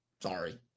sorry